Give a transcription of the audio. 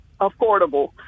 affordable